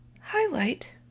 highlight